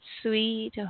sweet